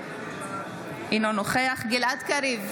אינו נוכח גלעד קריב,